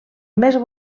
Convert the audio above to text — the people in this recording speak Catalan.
més